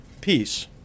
peace